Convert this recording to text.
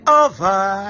over